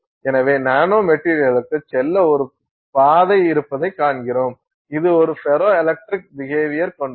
எனவே நானோ மெட்டீரியல்களுக்கு செல்ல ஒரு பாதை இருப்பதைக் காண்கிறோம் இது ஒரு ஃபெரோ எலக்ட்ரிக் பிகேவியர் கொண்டது